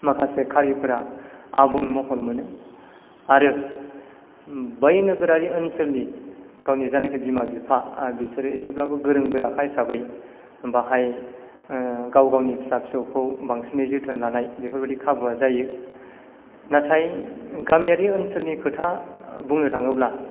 माखासे खालिफोरा आबुं महर मोनो आरो बै नोगोरारि ओनसोलनि गावनि जेनोखि बिमा बिफा आरो बिसोर एसेब्लाबो गोरों गोराखा हिसाबै बेवहाय गाव गावनि फिसा फिसौखौ बांसिनै जोथोन लानाय बेफोरबादि खाबुआ जायो नाथाय गामियारि ओनसोलनि खोथा बुंनो थाङोब्ला